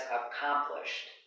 accomplished